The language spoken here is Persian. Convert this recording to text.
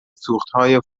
سوختهای